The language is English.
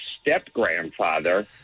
step-grandfather